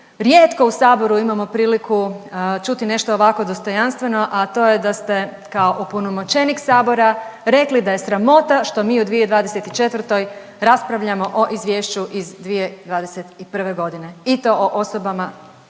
Rijetko u Saboru imam priliku čuti nešto ovako dostojanstveno, a to je da ste kao opunomoćenik Sabora rekli da je sramota što mi u 2024. raspravljamo o izvješću iz 2021.g. i to o osobama